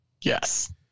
Yes